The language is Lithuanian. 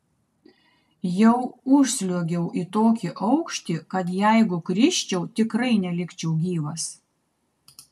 jau užsliuogiau į tokį aukštį kad jeigu krisčiau tikrai nelikčiau gyvas